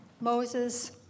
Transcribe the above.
Moses